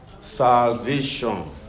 salvation